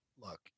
look